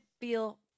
feel